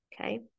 Okay